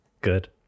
Good